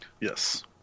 Yes